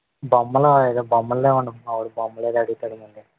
బొమ్మలు ఏదో బొమ్మలు లేవండి మావాడు బొమ్మలు ఏవో అడుగుతాడు మళ్ళీని